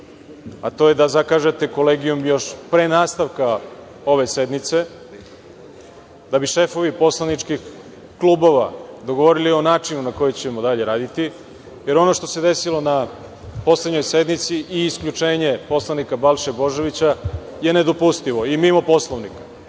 a to je da zakažete Kolegijum još pre nastavka ove sednice, da bi šefovi poslaničkih klubova dogovorili način na koji ćemo dalje raditi, jer ono što se desilo na poslednjoj sednici i isključenje poslanika Balše Božovića je nedopustivo i mimo Poslovnika. Dakle,